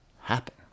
happen